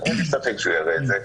ואין לי ספק שהוא יראה את זה,